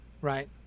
right